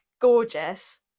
gorgeous